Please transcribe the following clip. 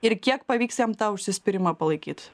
ir kiek pavyks jam tą užsispyrimą palaikyt